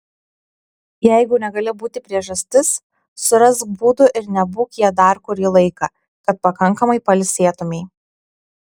jeigu negali būti priežastis surask būdų ir nebūk ja dar kurį laiką kad pakankamai pailsėtumei